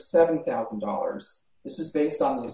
seven thousand dollars this is based on the